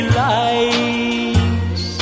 lights